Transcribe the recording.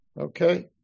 Okay